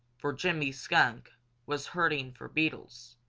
for jimmy skunk was hunting for beetles.